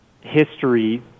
history